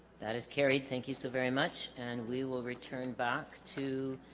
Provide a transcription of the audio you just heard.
that is carried thank you so very much and we will return back to